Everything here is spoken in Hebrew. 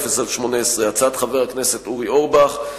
הצעת חבר הכנסת אורי אורבך,